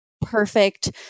perfect